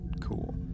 cool